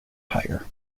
higher